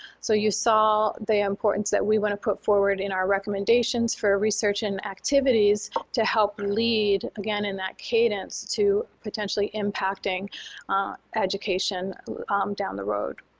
so you saw the importance that we want to put forward in our recommendations for research and activities to help lead again in that cadence to potentially impacting education down the road.